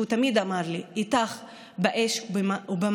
והוא תמיד אמר לי: איתך באש ובמים,